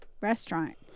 restaurant